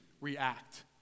react